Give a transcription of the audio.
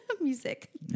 music